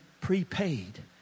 prepaid